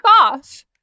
off